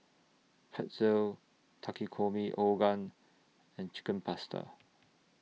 Pretzel Takikomi and Chicken Pasta